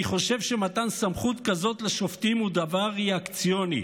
אני חושב שמתן סמכות כזאת לשופטים הוא דבר ריאקציוני.